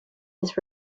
this